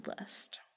list